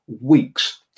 weeks